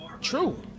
True